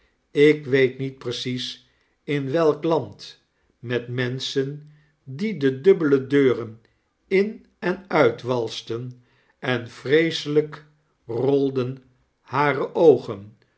ik weet niet precies in welk land met menschen diede dubbele deuren in en uit walsten en vreeselijk rolden hare oogen